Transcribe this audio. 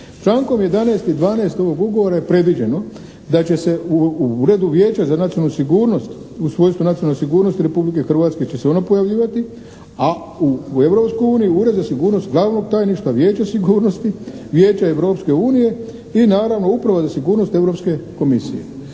člankom 11. i 12. ovog ugovora je predviđeno da će se u uredu Vijeća za nacionalnu sigurnost u svojstvu nacionalne sigurnosti Republike Hrvatske će se ona pojavljivati, a u Europsku uniju Ured za sigurnost glavnog tajništva Vijeća sigurnosti, Vijeća europske unije i naravno Uprava za sigurnost Europske komisije.